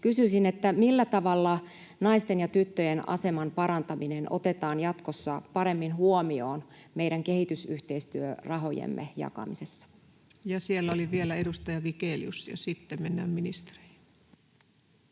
Kysyisin: millä tavalla naisten ja tyttöjen aseman parantaminen otetaan jatkossa paremmin huomioon meidän kehitysyhteistyörahojemme jakamisessa? Ja siellä oli vielä edustaja Vigelius, ja sitten mennään ministereihin.